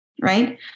Right